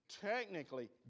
technically